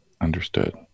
Understood